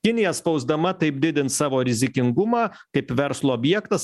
kinija spausdama taip didins savo rizikingumą kaip verslo objektas